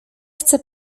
chcę